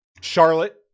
Charlotte